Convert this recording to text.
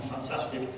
fantastic